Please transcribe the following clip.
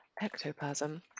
ectoplasm